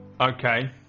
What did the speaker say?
Okay